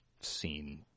seen